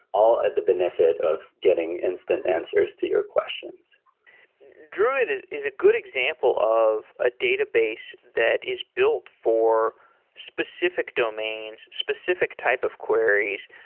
all at the benefit of getting instant answers to your questions druid is is a good example of a database that is built for specific domains, specific type of queries.